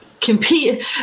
compete